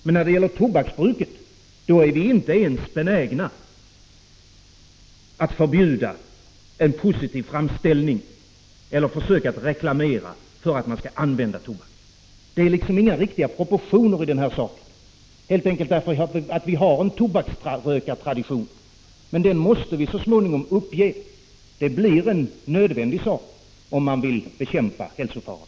Men när det gäller tobaksbruket är vi inte ens benägna att förbjuda en positiv framställning eller försök att reklamera för att man skall använda tobak. Det är inga riktiga proportioner i det här avseendet, helt enkelt därför att vi har en tobaksrökartradition. Den måste vi så småningom uppge. Det blir nödvändigt, om man vill bekämpa hälsofaran.